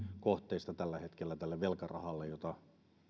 kohteista tällä hetkellä tälle velkarahalle jota